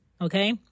okay